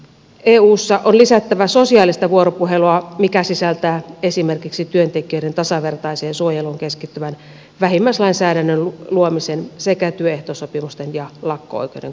eussa on lisättävä sosiaalista vuoropuhelua mikä sisältää esimerkiksi työntekijöiden tasavertaiseen suojeluun keskittyvän vähimmäislainsäädännön luomisen sekä työehtosopimusten ja lakko oikeuden kunnioittamisen